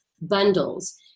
bundles